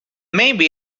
maybe